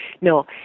No